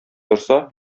торса